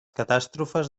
catàstrofes